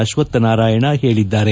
ಅಶ್ವತ್ಥ ನಾರಾಯಣ ಹೇಳಿದ್ದಾರೆ